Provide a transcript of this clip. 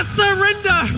surrender